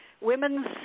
women's